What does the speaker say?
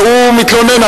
והוא מתלונן,